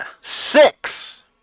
six